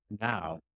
now